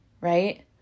right